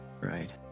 Right